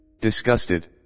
disgusted